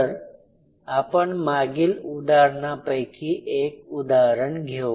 तर आपण मागील उदाहरणापैकी एक उदाहरण घेऊ